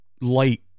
light